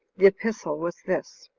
the epistle was this